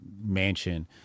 mansion